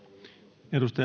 arvoisa